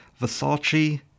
Versace